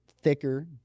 thicker